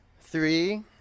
three